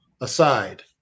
aside